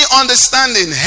understanding